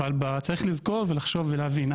אבל צריך לזכור ולחשוב ולהבין.